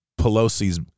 Pelosi's